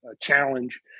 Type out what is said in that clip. challenge